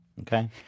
Okay